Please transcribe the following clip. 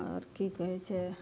आओर की कहै छै